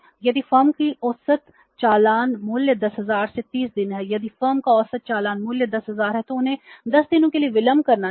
यदि फर्म का औसत चालान मूल्य 10000 से 30 दिन है यदि फर्म का औसत चालान मूल्य 10000 है तो उन्हें 10 दिनों के लिए विलंब करना चाहिए